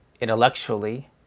intellectually